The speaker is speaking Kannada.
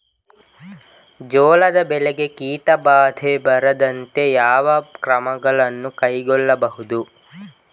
ಜೋಳದ ಬೆಳೆಗೆ ಕೀಟಬಾಧೆ ಬಾರದಂತೆ ಯಾವ ಕ್ರಮಗಳನ್ನು ಕೈಗೊಳ್ಳಬಹುದು?